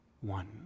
one